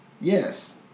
yes